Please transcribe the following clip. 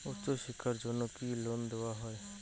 উচ্চশিক্ষার জন্য কি লোন দেওয়া হয়?